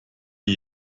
die